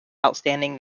outstanding